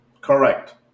Correct